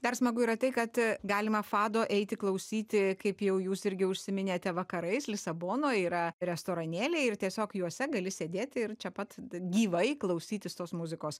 dar smagu yra tai kad galima fado eiti klausyti kaip jau jūs irgi užsiiminėte vakarais lisabonoj yra restoranėliai ir tiesiog juose gali sėdėti ir čia pat gyvai klausytis tos muzikos